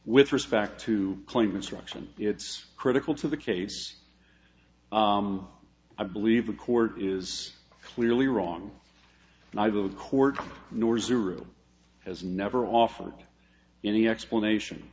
with respect to claim instruction it's critical to the case i believe the court is clearly wrong and i the court nor zero has never offered any explanation